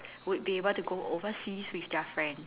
would be able to go overseas with their friends